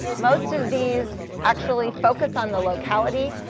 most of these actually focus on the locality,